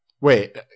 wait